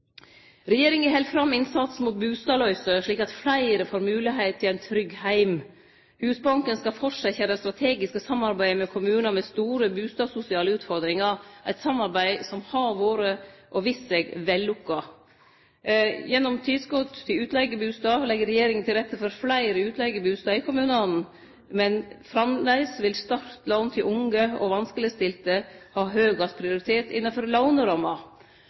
Regjeringa held fram innsatsen mot bustadsløyse, slik at fleire får moglegleit til ein trygg heim. Husbanken skal fortsetje det strategiske samarbeidet med kommunar med store bustadsosiale utfordringar – eit samarbeid som har vist seg å vere vellukka. Gjennom tilskot til utleigebustader legg regjeringa til rette for fleire utleigebustader i kommunane, men framleis vil startlån til unge og vanskelegstilte ha høgast prioritet innafor låneramma.